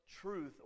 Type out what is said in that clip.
truth